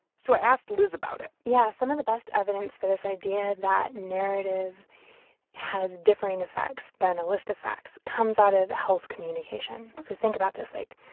so i asked liz about it yeah. some of the best evidence for this idea that narrative has differing effects than a list of facts comes out of health communication ok so think about this like,